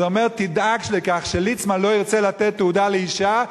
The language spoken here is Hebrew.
אז הוא אומר: תדאג לכך שליצמן לא ירצה לתת תעודה לאשה,